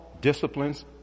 disciplines